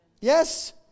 Yes